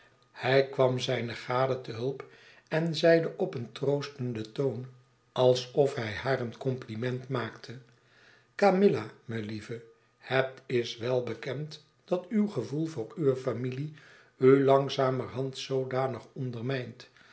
hij kwam zijne gade te hulp en zeide op een troostenden toon alsof hij haar een compliment maakte camilla melieve het is wel bekend dat uw gevoel voor uwe familie u langzamerhand zoodanig ondermijnt